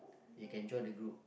you can join the group